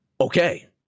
okay